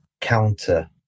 counter